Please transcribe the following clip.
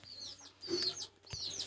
Deposit आर investment तोत की अंतर जाहा?